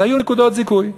אז היו נקודות זיכוי.